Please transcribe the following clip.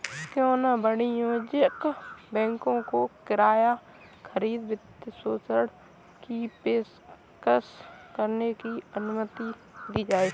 क्यों न वाणिज्यिक बैंकों को किराया खरीद वित्तपोषण की पेशकश करने की अनुमति दी जाए